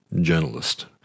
journalist